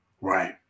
Right